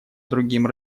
другим